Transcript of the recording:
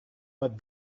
but